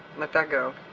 let that go,